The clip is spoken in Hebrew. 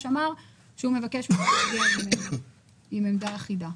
אמר שהוא מבקש מכם להגיע עם עמדה אחידה.